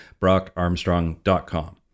brockarmstrong.com